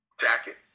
jacket